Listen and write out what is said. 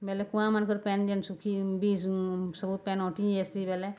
ବେଲେ କୁଆମାନ୍ଙ୍କର ପାଏନ୍ ଯେନ୍ ଶୁଖି ବି ସବୁ ପାଏନ୍ ଅଁଟି ଯାଏସି ବେଲେ